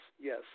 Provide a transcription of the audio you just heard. yes